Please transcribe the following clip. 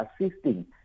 assisting